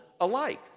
alike